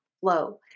flow